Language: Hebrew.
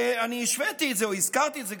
אני השוויתי את זה או הזכרתי את זה,